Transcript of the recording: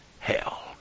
Hell